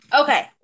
okay